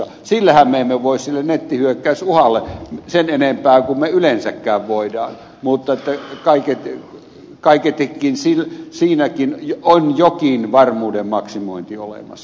sille nettihyökkäysuhallehan me emme voi sen enempää kuin me yleensäkään voimme mutta kaiketikin siinäkin on jokin varmuuden maksimointi olemassa